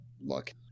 Look